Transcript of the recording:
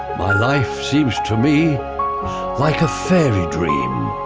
my life seems to me like a fairy dream.